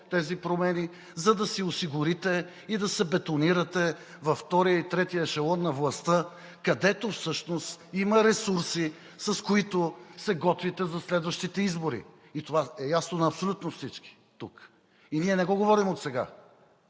тези промени, за да си осигурите и да се бетонирате във втория и третия ешелон на властта, където всъщност има ресурси, с които се готвите за следващите избори, и това е ясно на абсолютно всички тук. И ние не го говорим отсега,